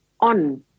on